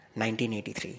1983